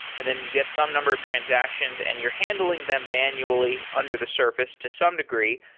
and then you get some number of transactions and you're handling them manually under the surface to some degree.